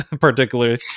particularly